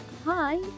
Hi